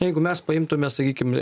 jeigu mes paimtume sakykim